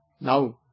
Now